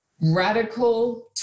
radical